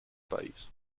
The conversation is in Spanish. país